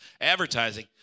advertising